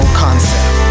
concept